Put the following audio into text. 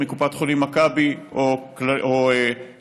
מקופת חולים מכבי או לאומית.